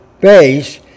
base